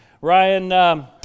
Ryan